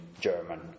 German